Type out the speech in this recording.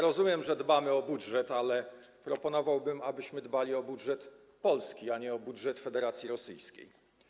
Rozumiem, że dbamy o budżet, ale proponowałbym, abyśmy dbali o budżet Polski, a nie o budżet Federacji Rosyjskiej.